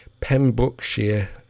Pembrokeshire